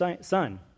son